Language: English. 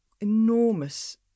enormous